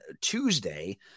Tuesday